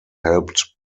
helped